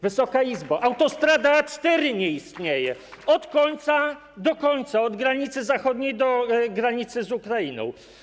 Wysoka Izbo, autostrada A4 nie istnieje - od końca do końca, od granicy zachodniej do granicy z Ukrainą.